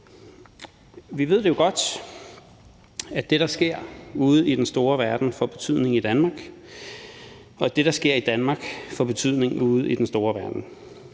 Vi ved jo godt, at det, der sker ude i den store verden, får betydning i Danmark, og at det, der sker i Danmark, får betydning ude i den store verden.